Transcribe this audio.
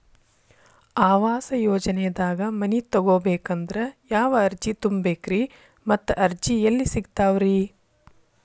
ಆವಾಸ ಯೋಜನೆದಾಗ ಮನಿ ತೊಗೋಬೇಕಂದ್ರ ಯಾವ ಅರ್ಜಿ ತುಂಬೇಕ್ರಿ ಮತ್ತ ಅರ್ಜಿ ಎಲ್ಲಿ ಸಿಗತಾವ್ರಿ?